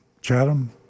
Chatham